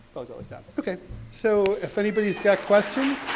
i'll go like that. okay so, if anybody's got questions,